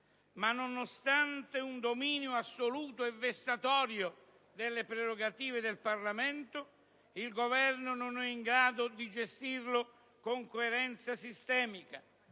Ma nonostante un dominio assoluto e vessatorio delle prerogative del Parlamento, il Governo non è in grado di gestirlo con coerenza sistemica,